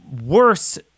worse